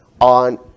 on